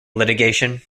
litigation